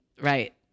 Right